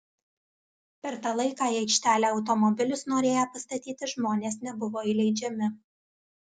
per tą laiką į aikštelę automobilius norėję pastatyti žmonės nebuvo įleidžiami